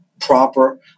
proper